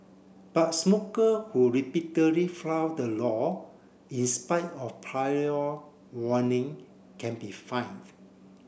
but smoker who repeatedly flout the law in spite of prior warning can be fined